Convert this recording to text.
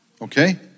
Okay